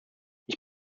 ich